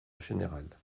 générale